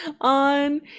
on